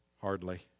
Hardly